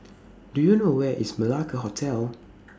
Do YOU know Where IS Malacca Hotel